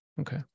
Okay